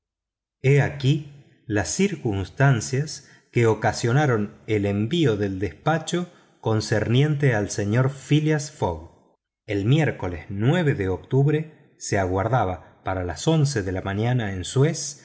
he aquí las circunstancias que ocasionaron el envío del despacho concerniente al señor phileas fogg el miércoles de octubre se aguardaba para las once de la mañana en suez